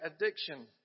addiction